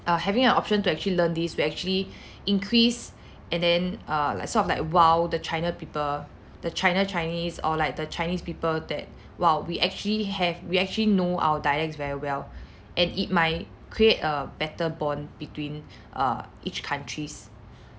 uh having an option to actually learn these will actually increase and then err like sort of like !wow! the china people the china chinese or like the chinese people that !wow! we actually have we actually know our dialects very well and it might create a better bond between err each countries